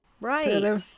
Right